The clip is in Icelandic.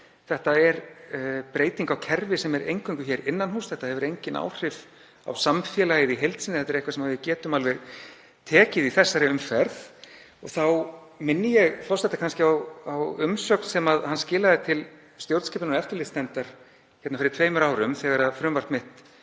þetta er breyting á kerfi sem er eingöngu hér innan húss, þetta hefur engin áhrif á samfélagið í heild sinni, þetta er eitthvað sem við getum alveg tekið í þessari umferð. Þá minni ég forseta á umsögn sem hann skilaði til stjórnskipunar- og eftirlitsnefndar fyrir tveimur árum þegar frumvarp mitt